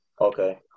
Okay